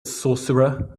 sorcerer